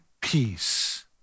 peace